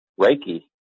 Reiki